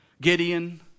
Gideon